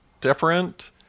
different